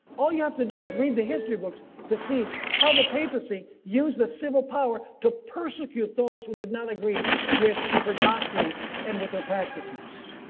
all you have to do is read the history books to see how the papacy used the civil power to persecute those who did not agree with their doctrines and with their practices.